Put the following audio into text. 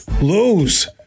lose